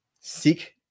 seek